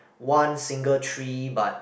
one single tree but